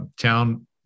town